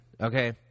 okay